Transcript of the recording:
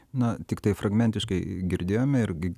na tiktai fragmentiškai girdėjome irgi